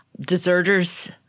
deserters